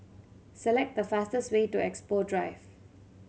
select the fastest way to Expo Drive